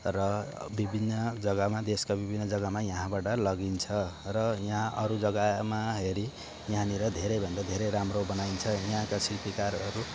र विभिन्न जग्गामा देशका विभिन्न जग्गामा यहाँबाट लगिन्छ र यहाँ अरू जग्गामा हेरी यहाँनिर धेरैभन्दा धेरै राम्रो बनाइन्छ यहाँका शिल्पीकारहरू